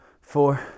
four